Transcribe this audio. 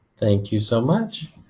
thank you so much.